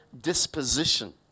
disposition